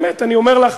באמת אני אומר לך,